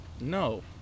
no